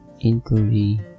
inquiry